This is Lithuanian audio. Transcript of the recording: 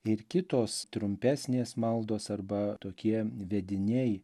ir kitos trumpesnės maldos arba tokie vediniai